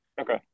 Okay